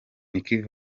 nick